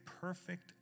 perfect